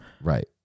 Right